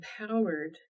empowered